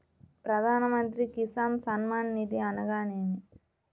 ప్రధాన మంత్రి కిసాన్ సన్మాన్ నిధి అనగా ఏమి?